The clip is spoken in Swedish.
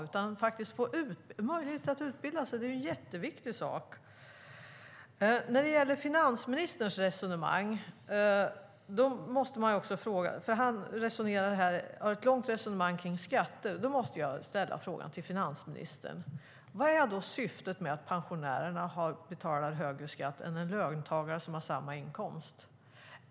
Att få möjlighet att utbilda sig är en jätteviktig sak. Finansministern för ett långt resonemang om skatter. Då måste jag ställa frågan till finansministern: Vad är syftet med att pensionärerna betalar högre skatt än en löntagare med samma inkomst?